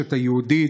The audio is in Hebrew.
במורשת היהודית,